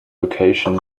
location